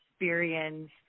experience